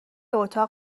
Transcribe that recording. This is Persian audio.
اتاق